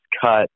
cut